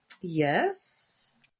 yes